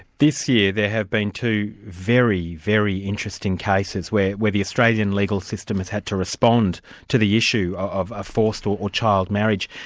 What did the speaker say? this year there have been two very, very interesting cases, where where the australian legal system has had to respond to the issue of a forced or or child marriage.